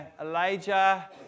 Elijah